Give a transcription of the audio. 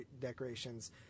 decorations